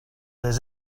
des